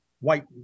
white